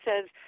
says